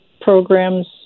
programs